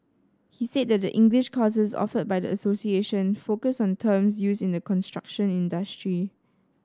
he said that the English courses offered by the association focus on terms used in the construction industry